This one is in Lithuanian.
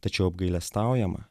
tačiau apgailestaujama